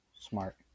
Smart